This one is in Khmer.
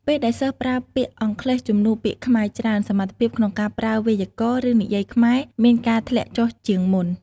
ពេលដែលសិស្សប្រើពាក្យអង់គ្លេសជំនួសពាក្យខ្មែរច្រើន សមត្ថភាពក្នុងការប្រើវេយ្យាករណ៍ឫនិយាយខ្មែរមានការធ្លាក់ចុះជាងមុន។